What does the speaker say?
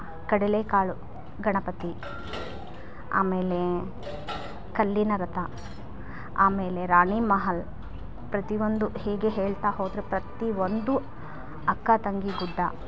ಕಡಲೆಕಾಳು ಗಣಪತಿ ಆಮೇಲೆ ಕಲ್ಲಿನ ರಥ ಆಮೇಲೆ ರಾಣಿ ಮಹಲ್ ಪ್ರತಿಯೊಂದು ಹೀಗೆ ಹೇಳ್ತಾ ಹೋದರೆ ಪ್ರತಿಯೊಂದು ಅಕ್ಕತಂಗಿ ಗುಡ್ಡ